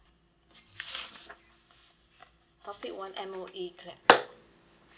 topic one M_O_E clap